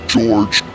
George